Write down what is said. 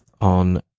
on